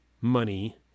money